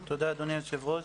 תודה, אדוני היושב-ראש.